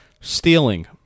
Stealing